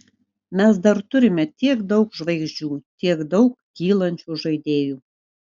mes dar turime tiek daug žvaigždžių tiek daug kylančių žaidėjų